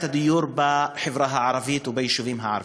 הדיור בחברה הערבית וביישובים הערביים.